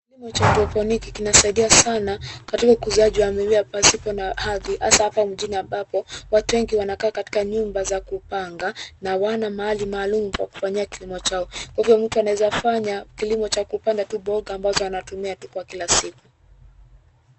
Kilimo cha hydroponiki kinasaidia sana katika kuuzia kwa mimea pasipo na ardhi hasa hapa mjini ambapo watu wengi wanakaa katika nyumba za kupanga na hawana mali maalum pa kufanyia kilimo chao kwa hivyo mtu naeza fanya kilimo cha kupanda tu mboga ambazo anatumia tu kwa kila siku.